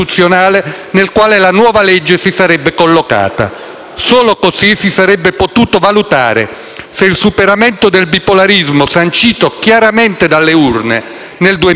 Solo così si sarebbe potuto valutare se il superamento del bipolarismo sancito chiaramente dalle urne nel 2013 si fosse nel frattempo consolidato